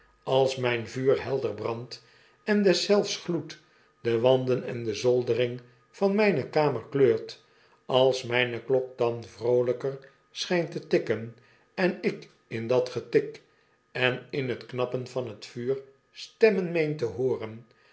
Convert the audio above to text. als mgn vuur helder brandt en deszelfs gloed de wanden en de zoldering van myne kamer kleurt als mijne klok dan vrooljjker schjjnt'te tikken en ik in dat getik en in het knappen van het vuur stemmen meen te hooren